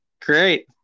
great